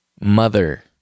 Mother